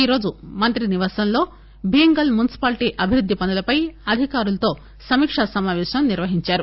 ఈరోజుమంత్రి నివాసంలో భీంగల్ మున్సిపాలిటీ అభివృద్ది పనులపై అధికారులతో సమీకా సమాపేశం నిర్వహించారు